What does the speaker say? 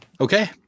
Okay